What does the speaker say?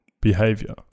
behavior